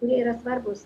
kurie yra svarbūs